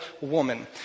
woman